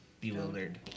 bewildered